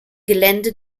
gelände